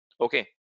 Okay